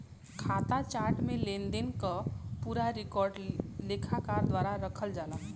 खाता चार्ट में लेनदेन क पूरा रिकॉर्ड लेखाकार द्वारा रखल जाला